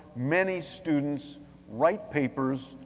many students write papers,